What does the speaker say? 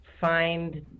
find